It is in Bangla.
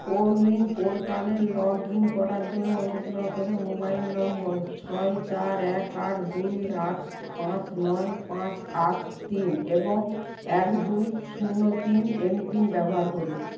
কোউইন পোর্টালে লগইন করার জন্য অনুগ্রহ করে মোবাইল নম্বর ছয় চার এক আট দুই আট পাঁচ নয় পাঁচ আট তিন এবং এক দুই শূণ্য তিন এমপিন ব্যবহার করুন